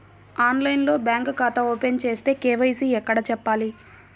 ఆన్లైన్లో బ్యాంకు ఖాతా ఓపెన్ చేస్తే, కే.వై.సి ఎక్కడ చెప్పాలి?